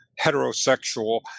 heterosexual